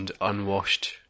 unwashed